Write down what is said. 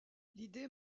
l’idée